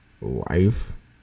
life